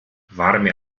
warme